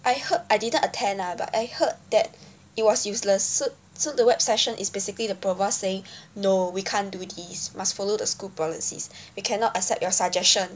I heard I didn't attend lah but I heard that it was useless so the web session is basically the provost saying no we can't do this must follow the school policies we cannot accept your suggestion